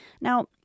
Now